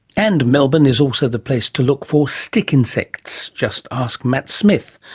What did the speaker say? and melbourne is also the place to look for stick insects. just ask matt smith.